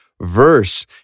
verse